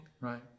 Right